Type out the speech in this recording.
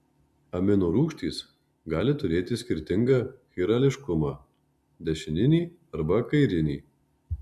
aminorūgštys gali turėti skirtingą chirališkumą dešininį arba kairinį